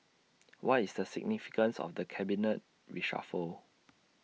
what is the significance of the cabinet reshuffle